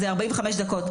זה 45 דקות,